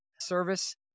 service